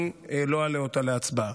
אני לא אעלה אותה להצבעה.